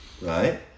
Right